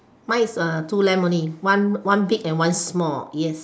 mine is two lamb only one one big and one small yes